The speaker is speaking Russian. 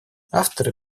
авторы